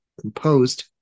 composed